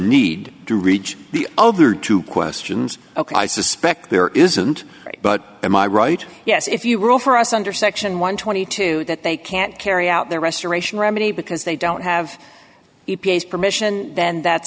need to reach the other two questions ok i suspect there isn't but am i right yes if you rule for us under section one hundred and twenty two that they can't carry out their restoration remedy because they don't have the piece permission then that